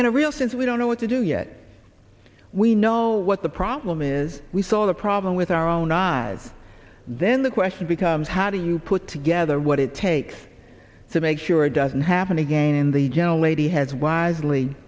in a real sense we don't know what to do yet we know what the problem is we saw the problem with our own lives then the question becomes how do you put together what it takes to make sure it doesn't happen again the gentle lady has wisely